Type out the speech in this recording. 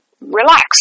relax